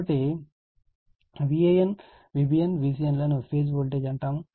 కాబట్టి Van Vbn Vcn లను phase voltage లు అని అంటారు